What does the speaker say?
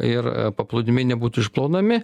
ir paplūdimiai nebūtų išplaunami